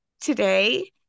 today